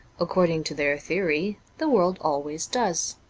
according to their theory, the world always does.